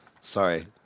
Sorry